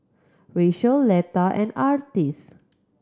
Rachael Letha and Artis